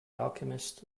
alchemist